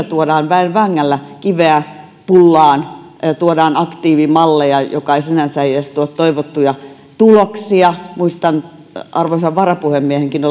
tuodaan väen vängällä kiveä pullaan tuodaan aktiivimalleja joka ei sinänsä edes tuo toivottuja tuloksia muistan arvoisan varapuhemiehenkin